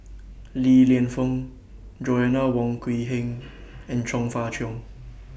Li Lienfung Joanna Wong Quee Heng and Chong Fah Cheong